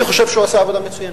אני חושב שהוא עשה עבודה מצוינת.